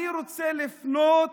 אני רוצה לפנות